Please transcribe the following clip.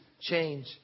change